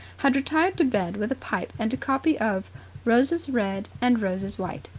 had retired to bed with a pipe and a copy of roses red and roses white,